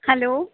hello डफआथथध़